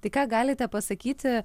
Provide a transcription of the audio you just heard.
tai ką galite pasakyti